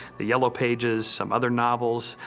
the yellow pages, some other novels,